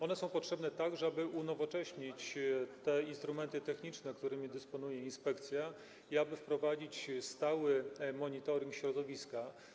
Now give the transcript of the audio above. One są potrzebne także do tego, aby unowocześnić instrumenty techniczne, którymi dysponuje inspekcja, i aby wprowadzić stały monitoring środowiska.